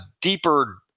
deeper